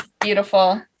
Beautiful